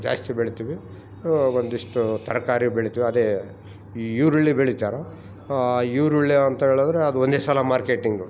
ಜಾಸ್ತಿ ಬೆಳಿತಿವಿ ಒಂದಿಷ್ಟು ತರಕಾರಿ ಬೆಳಿತಿವಿ ಅದೆ ಈ ಈರುಳ್ಳಿ ಬೆಳಿತಾರೊ ಈರುಳ್ಳಿ ಅಂತೇಳಿದ್ರೆ ಅದು ಒಂದೇ ಸಲ ಮಾರ್ಕೆಟಿಂಗ್